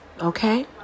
Okay